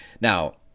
Now